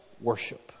worship